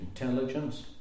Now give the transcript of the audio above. intelligence